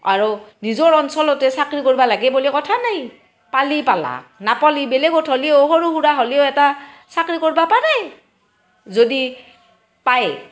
আৰু নিজৰ অঞ্চলতে চাকৰি কৰিবা লাগে বুলি কথা নাই পালি পালাক নাপলি বেলেগত হ'লেও সৰু সুৰা হ'লেও এটা চাকৰি কৰবা পাৰে যদি পায়